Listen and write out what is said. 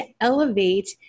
elevate